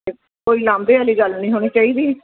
ਕੋਈ ਲਾਂਭੇ ਵਾਲੀ ਗੱਲ ਨਹੀਂ ਹੋਣੀ ਚਾਹੀਦੀ